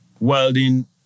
Welding